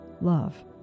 Love